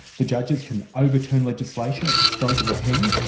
the judges can overturn legislation at the stroke of a pen,